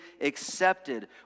accepted